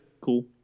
cool